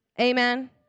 amen